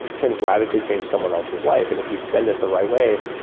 can radically change someone else's life and if you spend it the right way,